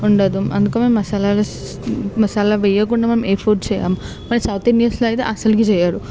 ఉండదు అందుకు మేమ్ మసాలాలు మసాలా వేయకుండా మేము ఏ ఫుడ్ చేయము సౌత్ ఇండియన్స్లో అయితే అసలుకి చేయరు